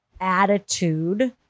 attitude